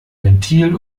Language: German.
ventil